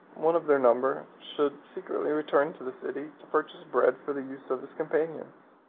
one of their number, should secretly return to the city to purchase bread for the use of his companions.